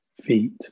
feet